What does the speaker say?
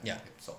ya so